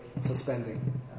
suspending